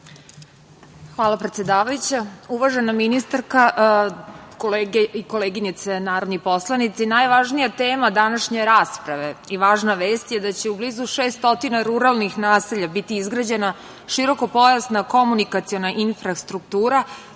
Hvala, predsedavajuća. Uvažena ministarka, kolege i koleginice narodni poslanici, najvažnija tema današnje rasprave i važna vest je da će u blizu 600 ruralnih naselja biti izgrađena širokopojasna komunikaciona infrastruktura,